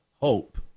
hope